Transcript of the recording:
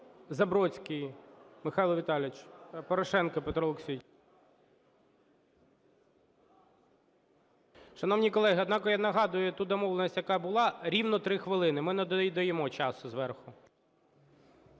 Забродський Михайло Віталійович. Порошенко Петро Олексійович. Шановні колеги, однак я нагадую ту домовленість, яка була: рівно 3 хвилини, ми не додаємо часу зверху.